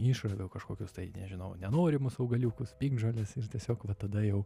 išraviu kažkokius tai nežinau nenorimus augaliukus piktžoles ir tiesiog va tada jau